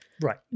Right